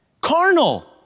Carnal